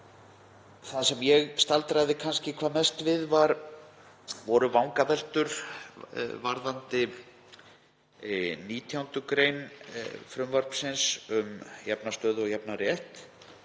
Það sem ég staldraði kannski hvað mest við voru vangaveltur varðandi 19. gr. frumvarpsins, um jafna stöðu og jafnan rétt,